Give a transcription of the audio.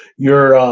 your